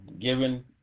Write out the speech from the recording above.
given